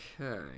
Okay